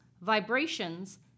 vibrations